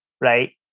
Right